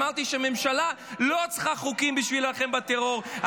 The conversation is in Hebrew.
אמרתי שהממשלה לא צריכה חוקים בשביל להילחם בטרור,